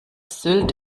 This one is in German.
sylt